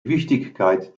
wichtigkeit